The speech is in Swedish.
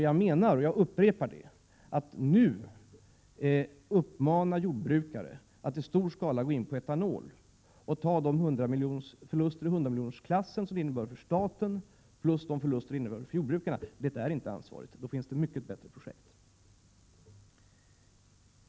Jag menar — och jag upprepar det — att om man nu uppmanar jordbruket att i stor skala gå in för etanol och ta de förluster i hundramiljonersklassen som detta innebär för staten samt de förluster som detta innebär för jordbrukarna, då är det inte ansvarigt. Det finns mycket bättre projekt.